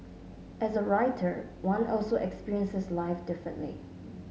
as a writer one also experiences life differently